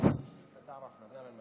הכנסת אלי.